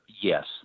yes